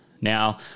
Now